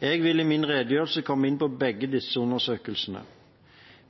Jeg vil i min redegjørelse komme inn på begge disse undersøkelsene.